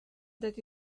that